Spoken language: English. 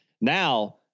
Now